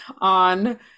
on